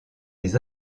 les